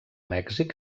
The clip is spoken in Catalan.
mèxic